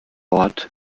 ort